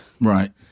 Right